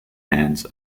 hands